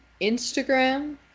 Instagram